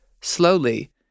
slowly